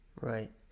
Right